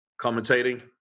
commentating